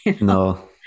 no